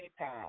PayPal